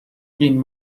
been